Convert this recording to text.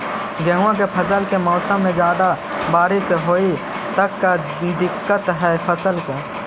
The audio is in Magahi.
गेहुआ के फसल के मौसम में ज्यादा बारिश होतई त का दिक्कत हैं फसल के?